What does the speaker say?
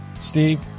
Steve